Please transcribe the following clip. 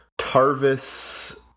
Tarvis